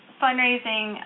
fundraising